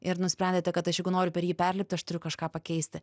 ir nusprendėte kad aš jeigu noriu per jį perlipt aš turiu kažką pakeisti